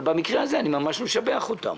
אבל במקרה הזה אני ממש משבח אותם.